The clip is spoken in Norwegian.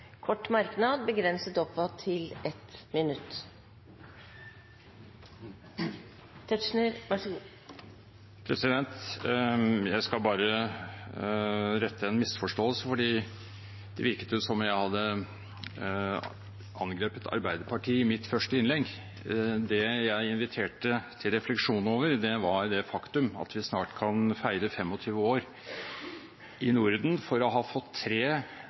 kort merknad, begrenset til 1 minutt. Jeg skal bare oppklare en misforståelse, for det virket jo som om jeg hadde angrepet Arbeiderpartiet i mitt første innlegg. Det jeg inviterte til refleksjon over, var det faktum at vi snart kan feire 25-årsjubileum i Norden for å ha fått tre